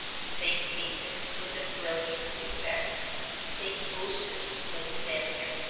st. asaph's was a brilliant success st. osoph's was a failure.